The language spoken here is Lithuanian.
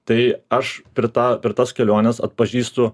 tai aš per tą per tas keliones atpažįstu